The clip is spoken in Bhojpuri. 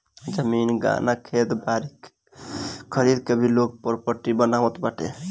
जमीन, गहना, खेत बारी खरीद के भी लोग प्रापर्टी बनावत बाटे